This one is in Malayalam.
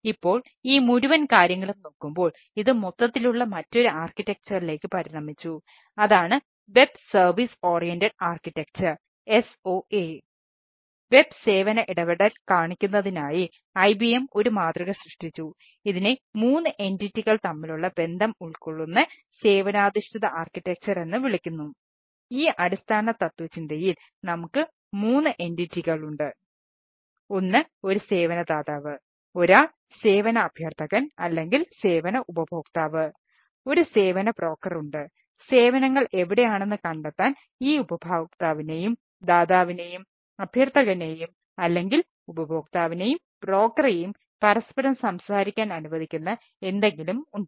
ഇപ്പോൾ ഈ മുഴുവൻ കാര്യങ്ങളും നോക്കുമ്പോൾ ഇത് മൊത്തത്തിലുള്ള മറ്റൊരു ആർക്കിടെക്ചറിലേക്ക് പരസ്പരം സംസാരിക്കാൻ അനുവദിക്കുന്ന എന്തെങ്കിലും ഉണ്ട്